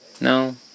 no